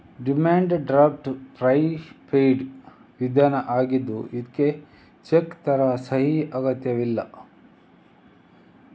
demand draft prepaid ವಿಧಾನ ಆಗಿದ್ದು ಇದ್ಕೆ ಚೆಕ್ ತರ ಸಹಿ ಅಗತ್ಯವಿಲ್ಲ